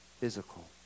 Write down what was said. physical